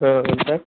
అవును సార్